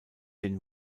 den